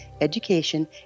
education